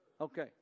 Okay